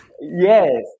Yes